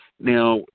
Now